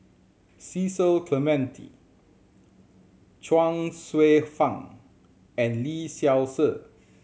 Cecil Clementi Chuang Hsueh Fang and Lee Seow Ser